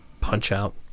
Punch-Out